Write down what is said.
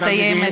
נא לסיים,